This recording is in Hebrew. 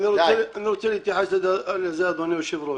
אני רוצה להתייחס לזה, אדוני היושב-ראש.